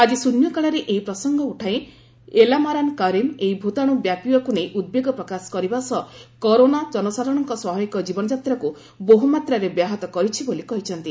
ଆକି ଶ୍ୱନ୍ୟ କାଳରେ ଏହି ପ୍ରସଙ୍ଗ ଉଠାଇ ଏଲାମାରାନ କରିମ୍ ଏହି ଭୂତାଣ୍ର ବ୍ୟାପିବାକ୍ର ନେଇ ଉଦବେଗ ପ୍ରକାଶ କରିବା ସହ କରୋନା ଜନସାଧାରଣଙ୍କ ସ୍ୱାଭାବିକ ଜୀବନଯାତ୍ରାକୁ ବହୁମାତ୍ରାରେ ବ୍ୟାହତ କରିଛି ବୋଲି କହିଛନ୍ତି